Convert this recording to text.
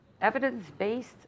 evidence-based